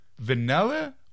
vanilla